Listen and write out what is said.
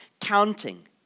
counting